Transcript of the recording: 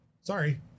Sorry